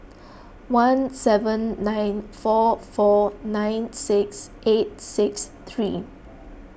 one seven nine four four nine six eight six three